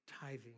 tithing